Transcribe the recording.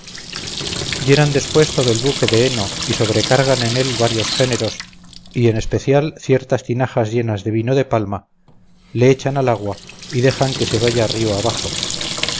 escudo llenan después todo el buque de heno y sobrecargan en él varios géneros y en especial ciertas tinajas llenas de vino de palma le echan al agua y dejan que se vaya río abajo